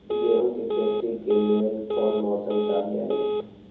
गेंहू के खेती के लेल कोन मौसम चाही अई?